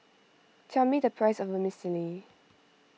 tell me the price of Vermicelli